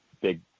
big